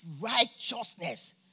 righteousness